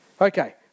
Okay